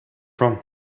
from